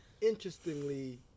interestingly